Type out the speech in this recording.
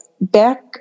back